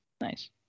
Nice